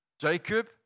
Jacob